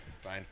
Fine